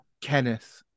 Kenneth